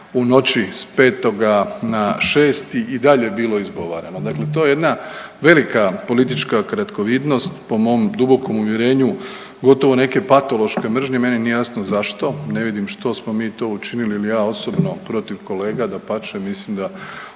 u noći s 5. na 6. i dalje bilo izgovarano. Dakle, to je jedna velika politička kratkovidnost po mom dubokom uvjerenju gotovo neke patološke mržnje, meni nije jasno zašto. Ne vidim što smo mi to učinili ili ja osobno protiv kolega, dapače mislim da